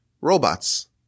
robots